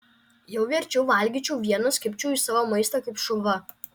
jau verčiau valgyčiau vienas kibčiau į savo maistą kaip šuva